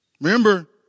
Remember